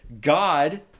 God